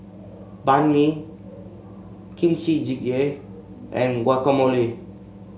Banh Mi Kimchi Jjigae and Guacamole